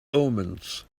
omens